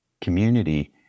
community